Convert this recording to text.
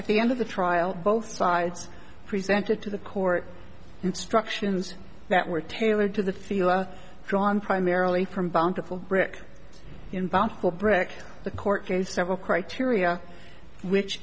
at the end of the trial both sides presented to the court instructions that were tailored to the field drawn primarily from bountiful brick in bountiful brecht the court case several criteria which